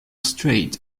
straight